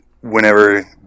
whenever